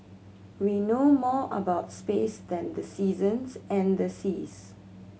we know more about space than the seasons and the seas